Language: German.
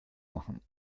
machen